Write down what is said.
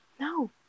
No